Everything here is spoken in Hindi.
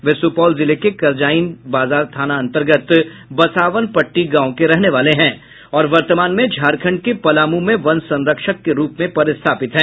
वे सुपौल जिले के करजाइन बाजार थाना अंतर्गत बसावन पट्टी गांव के रहने वाले हैं और वर्तमान में झारखंड के पलामू में वन संरक्षक के रूप में पदस्थापित हैं